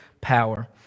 power